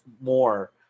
more